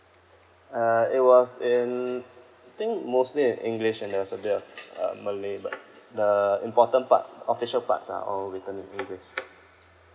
uh it was in I think mostly in english and there's a bit of uh malay but the important parts official parts are all written in english